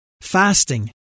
fasting